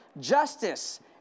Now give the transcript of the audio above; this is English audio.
justice